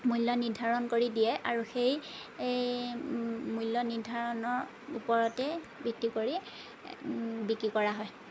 মূল্য নিৰ্ধাৰণ কৰি দিয়ে আৰু সেই এই মূল্য নিৰ্ধাৰণৰ ওপৰতে ভিত্তি কৰি বিক্ৰী কৰা হয়